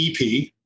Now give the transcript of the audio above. ep